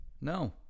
No